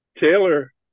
Taylor